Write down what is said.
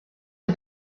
for